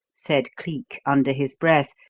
said cleek under his breath,